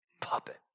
puppet